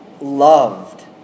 loved